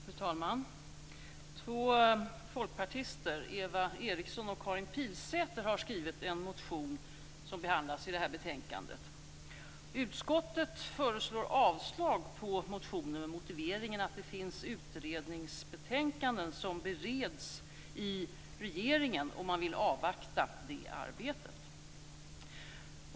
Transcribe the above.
Fru talman! Två folkpartister, Eva Eriksson och Karin Pilsäter, har skrivit en motion som behandlas i detta betänkande. Utskottet föreslår avslag på motionen med motiveringen att det finns utredningsbetänkanden som bereds i regeringen, och man vill avvakta det arbetet.